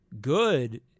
good